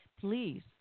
Please